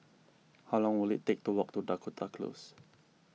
how long will it take to walk to Dakota Close